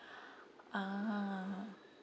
ah